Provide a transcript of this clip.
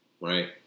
right